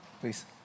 please